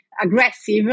aggressive